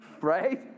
Right